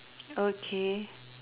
okay